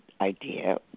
idea